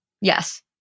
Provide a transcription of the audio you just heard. Yes